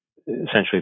essentially